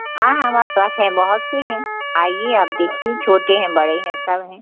हाँ हाँ हमारे पास है बहुत से हैं आईए आप देखिए छोटे हैं बड़े हैं सब हैं